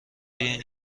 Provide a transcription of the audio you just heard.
این